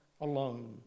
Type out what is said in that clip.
alone